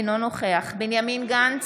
אינו נוכח בנימין גנץ,